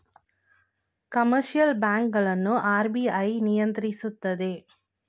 commercial bank ಗಳನ್ನು RBI ನಿಯಂತ್ರಿಸುತ್ತದೆ